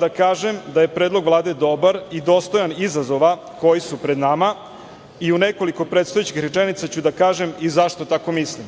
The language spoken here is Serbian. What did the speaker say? da kažem da je predlog Vlade dobar i dostojan izazova koji su pred nama i u nekoliko predstojećih rečenica ću da kažem i zašto tako mislim.